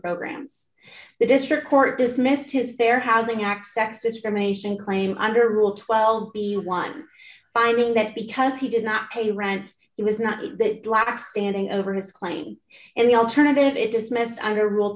programs the district court dismissed his bare housing accepts discrimination claim under rule twelve b one finding that because he did not pay rent he was not that black standing over his claim and the alternative it dismissed